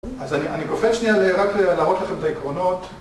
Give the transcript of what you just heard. אז אני קופץ שנייה רק להראות לכם את העקרונות